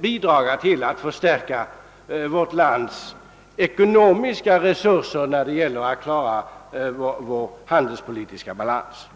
bidra till att förstärka vårt lands ekonomiska resurser och att klara vår handelspolitiska balans.